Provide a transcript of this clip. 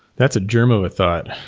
that's a germ of a thought.